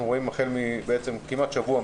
אנחנו רואים החל מלפני כשבוע,